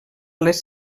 les